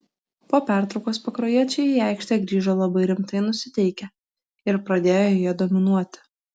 po pertraukos pakruojiečiai į aikštę grįžo labai rimtai nusiteikę ir pradėjo joje dominuoti